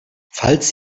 falls